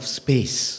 space